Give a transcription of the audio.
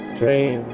dream